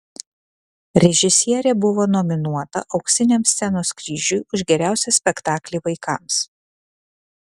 režisierė buvo nominuota auksiniam scenos kryžiui už geriausią spektaklį vaikams